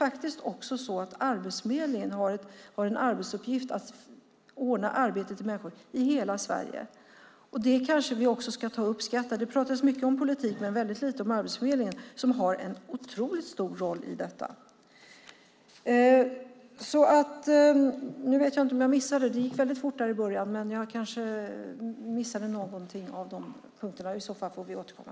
Arbetsförmedlingen har faktiskt i uppgift att ordna arbete till människor i hela Sverige. Det ska vi kanske också ta upp. Det talas mycket om politik men väldigt lite om Arbetsförmedlingen som har en otroligt stor roll i detta avseende. Jag vet inte om jag missade något. Det gick väldigt fort i början av Patrik Björcks förra replik. Om jag missade någon av punkterna får vi återkomma.